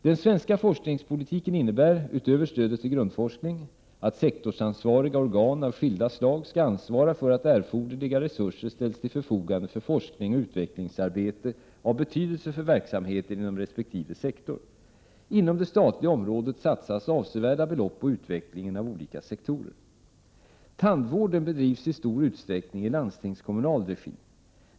Den svenska forskningspolitiken innebär — utöver stödet till grundforskningen — att sektorsansvariga organ av skilda slag skall ansvara för att erforderliga resurser ställs till förfogande för forskning och utvecklingsarbete av betydelse för verksamheten inom resp. sektor. Inom det statliga området satsas avsevärda belopp på utvecklingen av olika sektorer. Tandvården bedrivs i stor utsträckning i landstingskommunal regi.